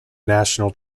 national